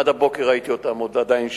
עד הבוקר ראיתי אותם עדיין שם,